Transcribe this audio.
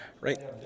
Right